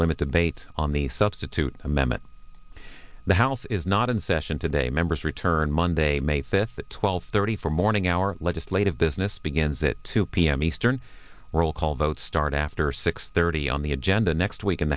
limit debate on the substitute amendment the house is not in session today members return monday may fifth twelve thirty for morning our legislative business begins that two p m eastern roll call vote start after six thirty on the agenda next week in